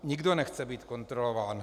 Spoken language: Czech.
Nikdo nechce být kontrolován.